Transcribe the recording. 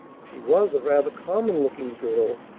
she was a rather common-looking girl,